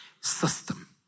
system